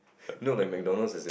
you know like McDonald's is in